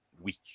week